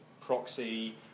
proxy